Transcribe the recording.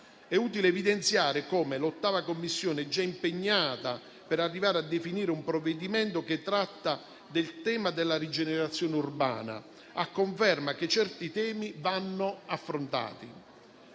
È utile evidenziare come l'8a Commissione sia già impegnata per arrivare a definire un provvedimento che tratta del tema della rigenerazione urbana, a conferma che certi temi vanno affrontati.